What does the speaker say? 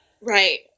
right